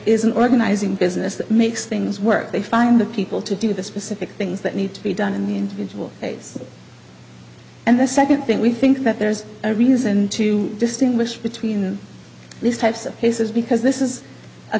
is an organizing business that makes things work they find the people to do the specific things that need to be done in the individual states and the second thing we think that there's a reason to distinguish between these types of cases because this is a